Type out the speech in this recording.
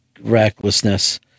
recklessness